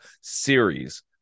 series